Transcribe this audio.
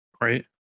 right